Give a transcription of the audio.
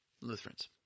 Lutherans